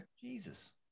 Jesus